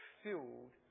filled